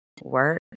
work